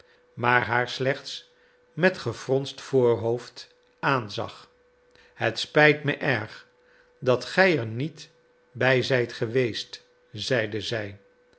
maar haar slechts met gefronsd voorhoofd aanzag het spijt me erg dat gij er niet bij zijt geweest zeide zij